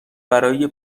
برای